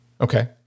Okay